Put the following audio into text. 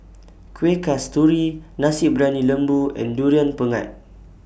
Kueh Kasturi Nasi Briyani Lembu and Durian Pengat